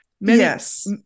yes